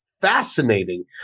fascinating